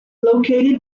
located